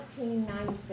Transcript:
1996